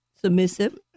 submissive